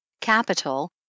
Capital